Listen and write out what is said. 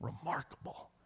Remarkable